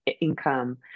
income